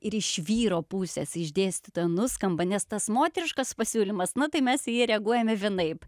ir iš vyro pusės iš dėstytojo nuskamba nes tas moteriškas pasiūlymas na tai mes į jį reaguojame vienaip